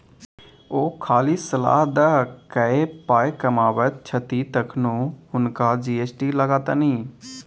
ओ खाली सलाह द कए पाय कमाबैत छथि तखनो हुनका जी.एस.टी लागतनि